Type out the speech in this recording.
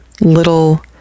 little